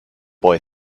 boy